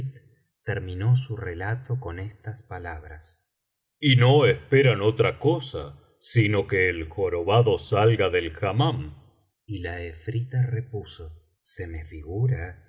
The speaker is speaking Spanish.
terminó su relato con estas palabras y no esperan otra cosa sino que el jorobado salga del hammam y la efrita repuso se me figura